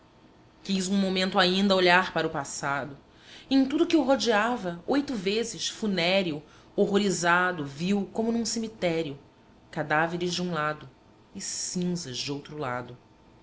quis um momento ainda olhar para o passado e em tudo que o rodeava oito vezes funéreo horrorizado viu como num cemitério cadáveres de um lado e cinzas de outro lado